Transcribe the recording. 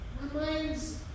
reminds